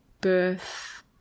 birth